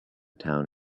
town